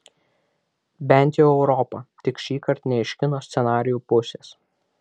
bent jau europa tik šįkart ne iš kino scenarijų pusės